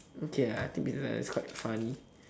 okay ya mister Zainal is quite funny